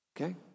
Okay